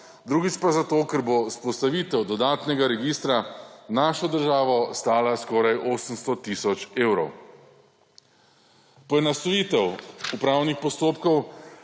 drugič pa zato, ker bo vzpostavitev dodatnega registra našo državo stala skoraj 800 tisoč evrov. Poenostavitev upravnih postopkov